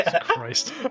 Christ